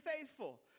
faithful